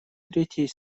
третьей